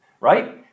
right